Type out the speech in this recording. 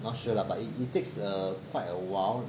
not sure lah but it takes err quite a while